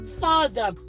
Father